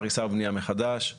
הריסה ובנייה מחדש,